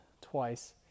twice